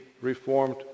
Reformed